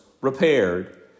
repaired